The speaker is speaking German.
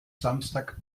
samstag